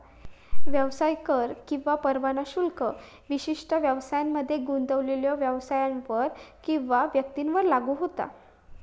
व्यवसाय कर किंवा परवाना शुल्क विशिष्ट व्यवसायांमध्ये गुंतलेल्यो व्यवसायांवर किंवा व्यक्तींवर लागू होता